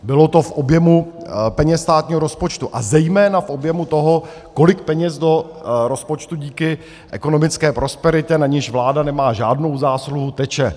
Bylo to v objemu peněz státního rozpočtu a zejména v objemu toho, kolik peněz do rozpočtu díky ekonomické prosperitě, na níž vláda nemá žádnou zásluhu, teče.